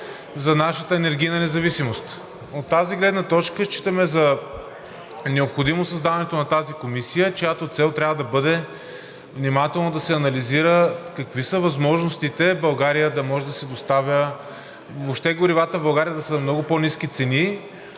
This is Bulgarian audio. за нашата енергийна независимост. От тази гледна точка считаме за необходимо създаването на тази комисия, чиято цел трябва да бъде внимателно да се анализира какви са възможностите България да може да си доставя, въобще горивата в България да са на много по-ниски цени,